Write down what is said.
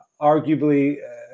arguably